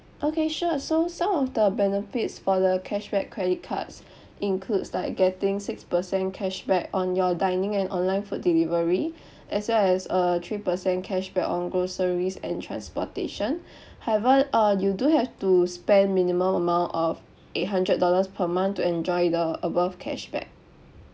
okay sure so some of the benefits for the cashback credit cards includes like getting six percent cashback on your dining and online food delivery as well as a three percent cashback on groceries and transportation however uh you do have to spend minimum amount of eight hundred dollars per month to enjoy the above cashback